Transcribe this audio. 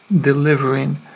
delivering